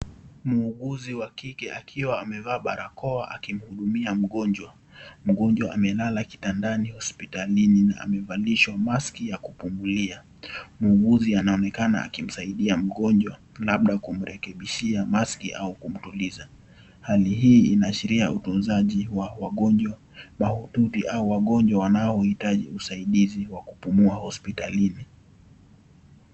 Muuguzi wa kike akiwa amevaa barakoa akimhudumia mgonjwa, amelala kitandani hospitalini, amevalishwa maski ya kupumulia. muuguzi anaonekana akimsaidia mgonjwa, labda kumrekebishia maski au kumtuliza, hali hii inaashiria utunzaji wa wagonjwa, mahututi au wagonjwa wanaohitaji usaidizi wa kupumua hospitalini.